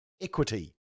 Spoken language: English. equity